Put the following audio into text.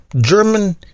German